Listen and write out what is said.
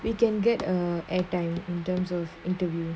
we can get err airtime in terms of interview